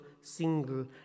single